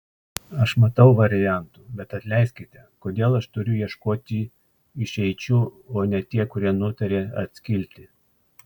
aš matau variantų bet atleiskite kodėl aš turiu ieškoti išeičių o ne tie kurie nutarė atskilti